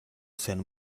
sen